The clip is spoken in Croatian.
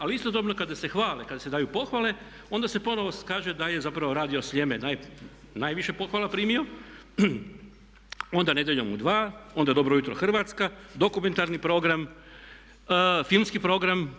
Ali istodobno kada se hvale, kada se daju pohvale, onda se ponovno kaže da je zapravo Radio Sljeme najviše pohvala primio, onda Nedjeljom u 2, onda Dobro jutro Hrvatska, dokumentarni program, filmski program.